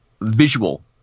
visual